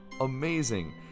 amazing